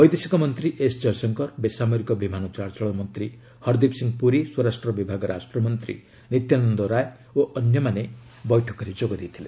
ବୈଦେଶିକ ମନ୍ତ୍ରୀ ଏସ୍ ଜୟଶଙ୍କର ବେସାମରିକ ବିମାନ ଚଳାଚଳ ମନ୍ତ୍ରୀ ହରଦୀପ ସିଂହ ପୁରୀ ସ୍ୱରାଷ୍ଟ୍ର ବିଭାଗ ରାଷ୍ଟ୍ରମନ୍ତ୍ରୀ ନିତ୍ୟାନନ୍ଦ ରାୟ ଓ ଅନ୍ୟମାନେ ଏହି ବୈଠକରେ ଯୋଗ ଦେଇଥିଲେ